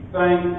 Thank